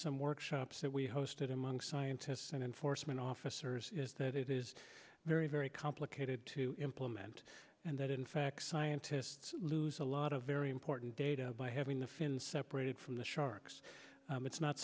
some workshops that we hosted among scientists and enforcement officers is that it is very very complicated to implement and that in fact scientists lose a lot of very important data by having the fin separated from the sharks it's not